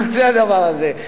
מה זה הדבר הזה?